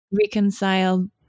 reconcile